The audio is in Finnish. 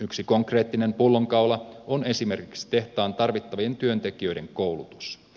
yksi konkreettinen pullonkaula on esimerkiksi tehtaalla tarvittavien työntekijöiden koulutus